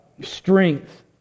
strength